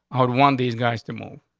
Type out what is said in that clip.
i would want these guys to move.